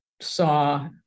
saw